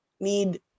need